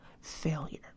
failure